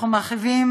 אנחנו מרחיבים,